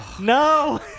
No